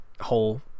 whole